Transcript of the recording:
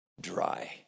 dry